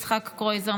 יצחק קרויזר,